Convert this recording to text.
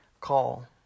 call